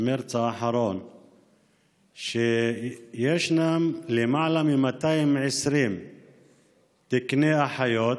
ממרץ האחרון שישנם למעלה מ-220 תקני אחיות,